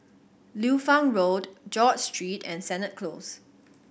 Liu Fang Road George Street and Sennett Close